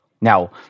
Now